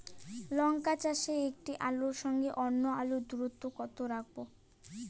লঙ্কা চাষে একটি আলুর সঙ্গে অন্য আলুর দূরত্ব কত রাখবো?